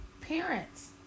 parents